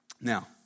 Now